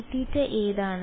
വിദ്യാർത്ഥി ε dθ